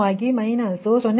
549 ಮತ್ತು 0